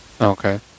Okay